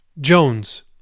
Jones